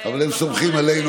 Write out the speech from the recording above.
אבל הם סומכים עלינו,